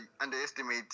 underestimate